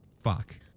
fuck